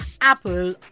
Apple